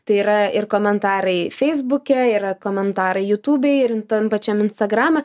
tai yra ir komentarai feisbuke yra komentarai jutubėj ir tam pačiam instagrame